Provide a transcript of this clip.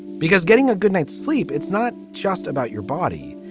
because getting a good night's sleep, it's not just about your body.